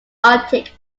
arctic